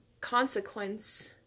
consequence